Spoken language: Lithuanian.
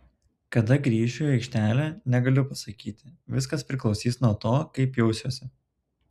kada grįšiu į aikštelę negaliu pasakyti viskas priklausys nuo to kaip jausiuosi